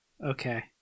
Okay